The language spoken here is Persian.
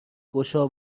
گشا